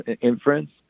inference